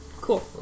Cool